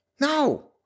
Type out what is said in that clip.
No